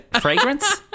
fragrance